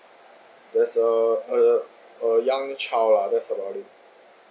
there's a a a young child lah that's about it